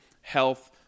health